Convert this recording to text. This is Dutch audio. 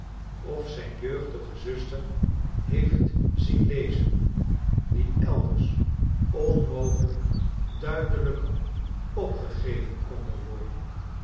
of zijn jeugdige zuster heeft zien lezen die elders onmogelijk duidelijker opgegeven konden worden